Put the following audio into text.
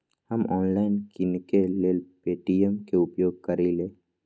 हम ऑनलाइन किनेकेँ लेल पे.टी.एम के उपयोग करइले